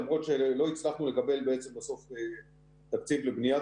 למרות שלא הצלחנו לקבל בסוף תקציב לבניית